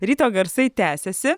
ryto garsai tęsiasi